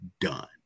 done